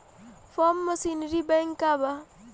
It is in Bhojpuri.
फार्म मशीनरी बैंक का बा?